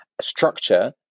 structure